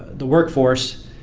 the workforce,